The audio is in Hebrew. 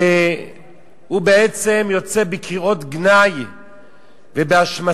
והוא בעצם יוצא בקריאות גנאי ובהשמצות